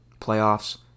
playoffs